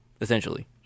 essentially